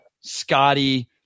Scotty